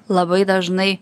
labai dažnai